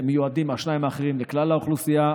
והשניים האחרים מיועדים לכלל האוכלוסייה,